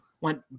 Went